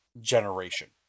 generation